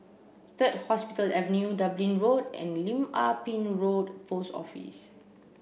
Third Hospital Avenue Dublin Road and Lim Ah Pin Road Post Office